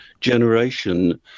generation